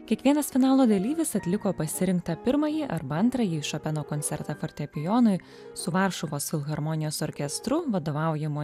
kiekvienas finalo dalyvis atliko pasirinktą pirmąjį arba antrąjį šopeno koncertą fortepijonui su varšuvos filharmonijos orkestru vadovaujamu